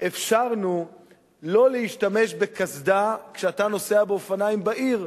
אפשרנו שלא להשתמש בקסדה כשאתה נוסע באופניים בעיר.